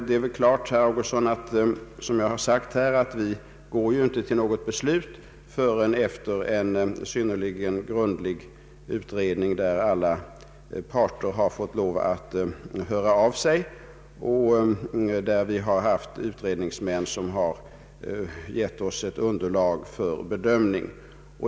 Det är klart, herr Augustsson, att vi som jag sagt här inte kommer att fatta något beslut förrän efter en synnerligen grundlig utredning, där alla parter får tillfälle att höra av sig och där vi har utredningsmän som gett oss ett underlag för bedömningen.